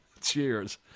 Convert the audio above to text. Cheers